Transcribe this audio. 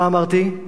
מה אמרתי?